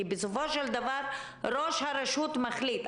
כי בסופו של דבר ראש הרשות מחליט.